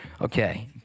Okay